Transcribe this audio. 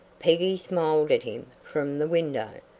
peggy smiled at him from the window.